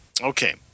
Okay